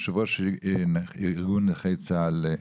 יו"ר ארגון נכי צה"ל,